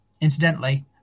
Incidentally